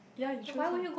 ya you choose ah